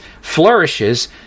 flourishes